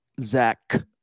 Zach